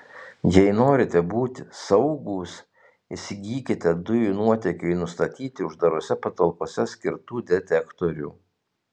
jei norite būti saugūs įsigykite dujų nuotėkiui nustatyti uždarose patalpose skirtų detektorių